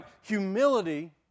Humility